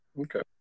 Okay